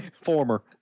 Former